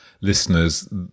listeners